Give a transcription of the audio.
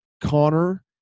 Connor